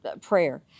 prayer